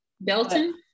belton